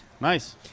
Nice